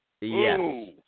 Yes